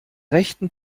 rechten